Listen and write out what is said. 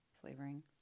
flavoring